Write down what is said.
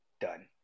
Done